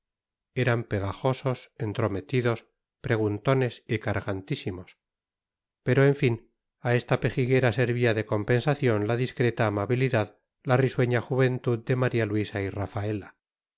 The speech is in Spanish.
eran pegajosos entrometidos preguntones y cargantísimos pero en fin a esta pejiguera servía de compensación la discreta amabilidad la risueña juventud de maría luisa y rafaela